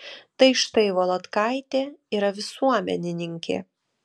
tai štai volodkaitė yra visuomenininkė